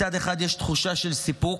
מצד אחד, יש תחושה של סיפוק,